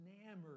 enamored